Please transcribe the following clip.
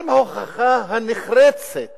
אתם ההוכחה הנחרצת